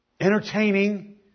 entertaining